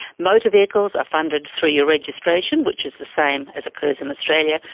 motor vehicles are funded through your registration, which is the same as occurs in australia,